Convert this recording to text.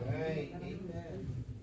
Amen